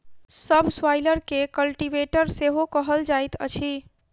सब स्वाइलर के कल्टीवेटर सेहो कहल जाइत अछि